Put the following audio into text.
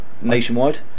nationwide